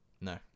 No